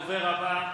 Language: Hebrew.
הדובר הבא,